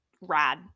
rad